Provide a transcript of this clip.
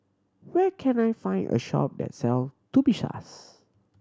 where can I find a shop that sell Tubifast